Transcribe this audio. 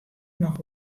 noch